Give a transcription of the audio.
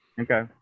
Okay